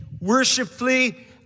worshipfully